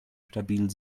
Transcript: stabil